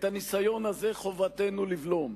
את הניסיון הזה חובתנו לבלום.